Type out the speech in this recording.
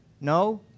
No